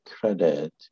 credit